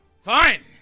Fine